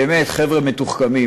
באמת, חבר'ה מתוחכמים.